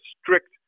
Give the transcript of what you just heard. strict